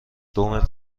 دومتر